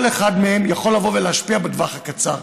כל אחד מהם יכול לבוא ולהשפיע בטווח הקצר,